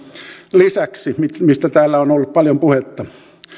lisäksi mistä täällä on ollut paljon puhetta